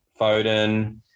Foden